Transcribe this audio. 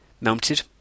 Mounted